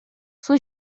sua